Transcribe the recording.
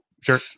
Sure